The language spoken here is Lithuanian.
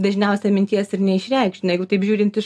dažniausia minties ir neišreikšiu na jeigu taip žiūrint iš